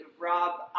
Rob